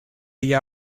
the